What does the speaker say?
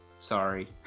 Sorry